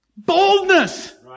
Boldness